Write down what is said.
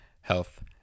health